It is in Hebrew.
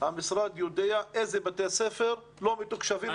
המשרד יודע איזה בתי ספר בחברה הערבית לא מתוקשבים.